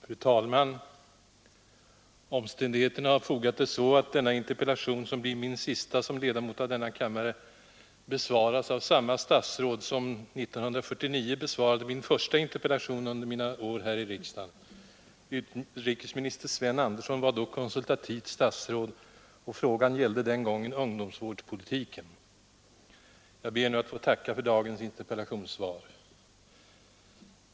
Fru talman! Omständigheterna har fogat det så att denna interpellation, som blir min sista som ledamot av denna kammare, besvaras av samma statsråd som 1949 besvarade min första interpellation under mina år här i riksdagen. Utrikesminister Sven Andersson var då konsultativt statsråd och frågan gällde den gången ungdomsvårdspolitiken. Jag ber nu att få tacka för dagens interpellationssvar.